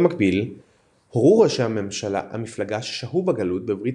במקביל הורו ראשי המפלגה ששהו בגלות בברית